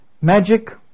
Magic